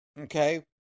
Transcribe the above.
Okay